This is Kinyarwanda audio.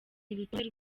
urutonde